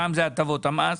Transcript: פעם זה הטבות המס.